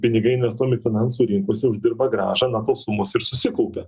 pinigai investuojami finansų rinkose uždirba grąžą na tos sumos ir susikaupė